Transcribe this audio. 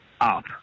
up